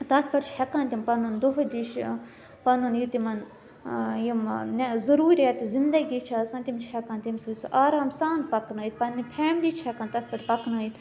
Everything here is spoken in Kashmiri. تَتھ پٮ۪ٹھ چھِ ہیٚکان تِم پَنُن دۄہے دِش پَنُن یہِ تِمَن یِم ضروٗریَت زِنٛدگی چھِ آسان تِم چھِ ہیٚکان تمہِ سۭتۍ سُہ آرام سان پَکنٲوِتھ پَنٕنہِ فیملی چھِ ہٮ۪کان تَتھ پٮ۪ٹھ پَکنٲوِتھ